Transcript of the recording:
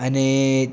અને